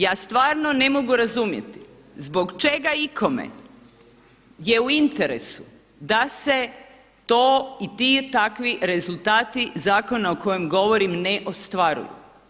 Ja stvarno ne mogu razumjeti zbog čega ikome je u interesu da se to i ti i takvi rezultati zakona o kojem govorim ne ostvaruju.